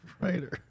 writer